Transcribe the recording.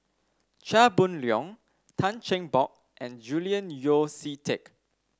Chia Boon Leong Tan Cheng Bock and Julian Yeo See Teck